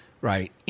right